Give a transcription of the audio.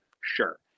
sure